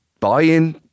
buy-in